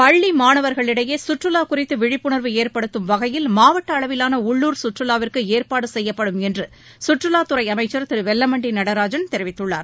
பள்ளி மாணவர்களிடையே கற்றுலா குறித்து விழிப்புணர்வு ஏற்படுத்தும் வகையில் மாவட்ட அளவிலான உள்ளூர் சுற்றுவாவுக்கு ஏற்பாடு செய்யப்படும் என்று சுற்றுவா துறை அமைச்சர் திரு வெல்லமண்டி நடராஜன் தெரிவித்துள்ளார்